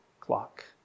clock